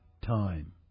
time